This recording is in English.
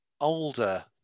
older